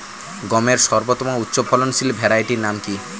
গমের সর্বোত্তম উচ্চফলনশীল ভ্যারাইটি নাম কি?